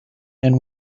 and